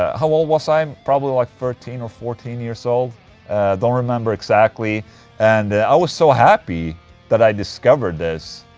how old was i? um probably like thirteen or fourteen years old. i don't remember exactly and i was so happy that i discovered this,